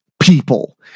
people